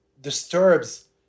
disturbs